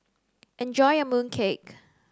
enjoy your mooncake